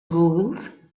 googles